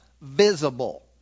visible